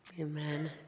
Amen